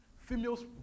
females